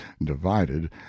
divided